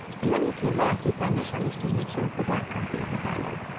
and when he came back he found that celestine had served the black coffee in the parlor.